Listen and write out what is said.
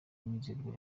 mwizerwa